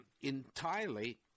entirely